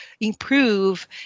improve